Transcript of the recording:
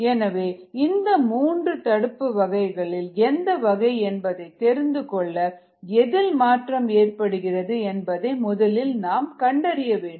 எனவே இந்த மூன்று தடுப்பு வகைகளில் எந்த வகை என்பதை தெரிந்துகொள்ள எதில் மாற்றம் ஏற்படுகிறது என்பதை முதலில் கண்டறிய வேண்டும்